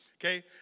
okay